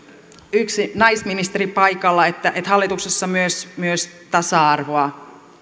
yksi naisministeri paikalla hallituksessa myös myös tasa arvoa